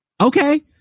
Okay